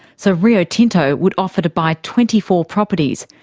so rio tinto would offer to buy twenty four properties,